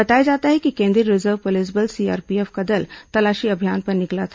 बताया जाता है कि केंद्रीय रिजर्व पुलिस बल सीआरपीएफ का दल तलाशी अभियान पर निकला था